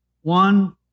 One